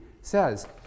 says